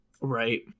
right